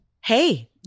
hey